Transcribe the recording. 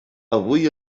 avui